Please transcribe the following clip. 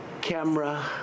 camera